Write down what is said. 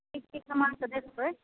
ठीक ठीक समानके देखबै